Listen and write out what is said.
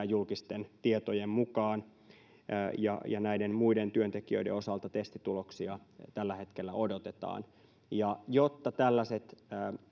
julkisten tietojen mukaan kymmenkunta kotihoidon työntekijää ja näiden muiden työntekijöiden osalta testituloksia tällä hetkellä odotetaan jotta tällaiset